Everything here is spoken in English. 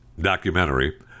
documentary